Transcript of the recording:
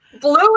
Blue